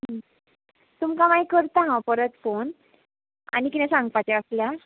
तुमकां मागीर करता हांव परत फोन आनी किदें सांगपाचें आसल्यार